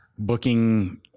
booking